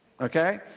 okay